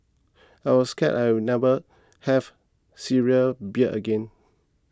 I was scared I'd never have Syrian beer again